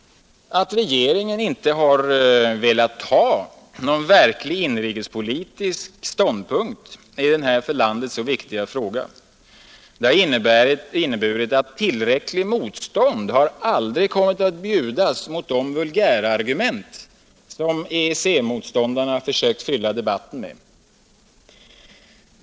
Att regeringen inte har velat ta någon verklig inrikespolitisk stånd punkt i denna för landet så viktiga fråga har inneburit att tillräckligt motstånd aldrig har kommit att bjudas mot de vulgärargument som EEC-motståndarna försökt fylla debatten med.